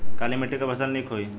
काली मिट्टी क फसल नीक होई?